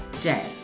day